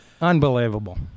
Unbelievable